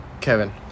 Kevin